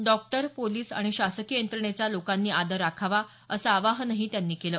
doctor police आणि शासकीय यंत्रणेचा लोकांनी आदर राखावा असं आवाहनही त्यांनी केलं